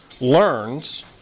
learns